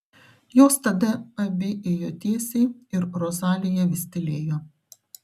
jos tada abi ėjo tiesiai ir rozalija vis tylėjo